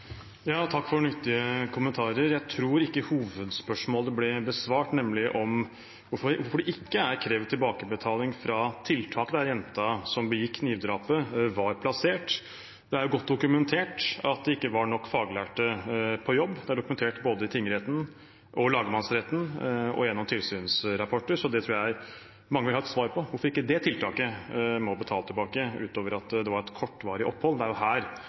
Takk for nyttige kommentarer. Jeg tror ikke hovedspørsmålet ble besvart, nemlig hvorfor det ikke er krevd tilbakebetaling fra tiltaket der jenta som begikk knivdrapet, var plassert. Det er godt dokumentert at det ikke var nok faglærte på jobb. Det er dokumentert både i tingretten, i lagmannsretten og gjennom tilsynsrapporter, så jeg tror mange vil ha et svar på hvorfor det tiltaket ikke må betale tilbake, utover at det var et kortvarig opphold. Det er jo her